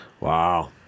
Wow